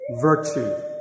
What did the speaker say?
virtue